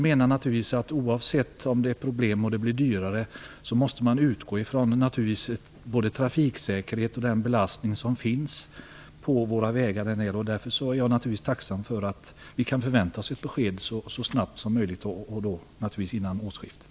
Oavsett om det finns problem och om det blir dyrare måste man utgå ifrån trafiksäkerheten och den belastning som finns på våra vägar. Därför är jag tacksam för att vi kan förvänta oss ett besked så snart som möjligt och helst innan årsskiftet.